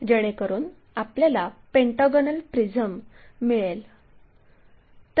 जेणेकरून आपल्याला pentagonal prism मिळेल